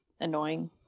annoying